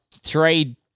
three